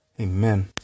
Amen